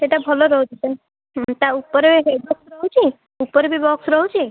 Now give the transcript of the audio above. ସେଇଟା ଭଲ ରହୁଛି ତା' ଉପରେ ରହୁଛି ଉପରେ ବି ବକ୍ସ ରହୁଛି